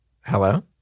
Hello